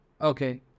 okay